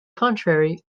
contrary